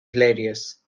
hilarious